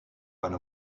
one